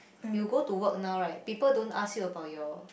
you go to work now right people don't ask you about your